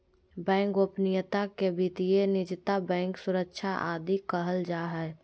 bank गोपनीयता के वित्तीय निजता, बैंक सुरक्षा आदि कहल जा हइ